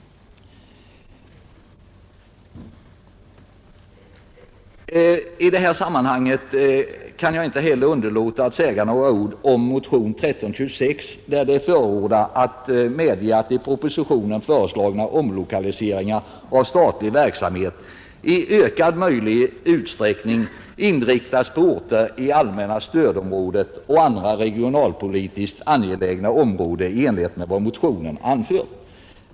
I detta sammanhang kan jag inte heller underlåta att säga några ord om motionen 1326, där det förordas att man skall medge att i propositionen föreslagna omlokaliseringar av statliga verksamheter i ökad möjlig utsträckning inriktas på orter i allmänna stödområdet och andra regionalpolitiskt angelägna områden, i enlighet med vad i motionen anförts.